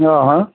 हँ हँ